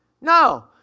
No